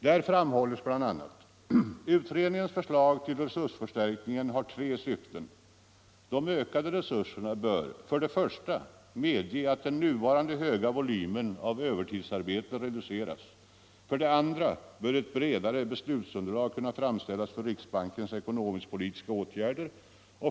Där framhålles bl.a. följande: ”Utredningens förslag till resursförstärkningar har tre syften. De ökade resurserna bör för det första medge att den nuvarande höga volymen av övertidsarbete reduceras. För det andra bör ett bredare beslutsunderlag kunna framställas för riksbankens ekonomisk-politiska åtgärder.